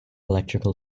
electrical